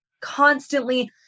constantly